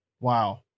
Wow